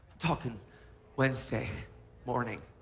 talking wednesday morning